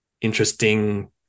interesting